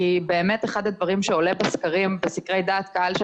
כי אחד הדברים שעולה בסקרי דעת קהל של